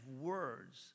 words